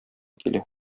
килә